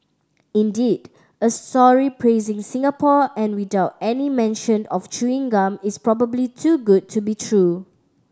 indeed a sorry praising Singapore and without any mention of chewing gum is probably too good to be true